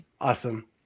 Awesome